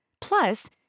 Plus